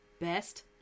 best